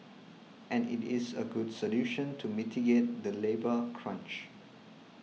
and it is a good solution to mitigate the labour crunch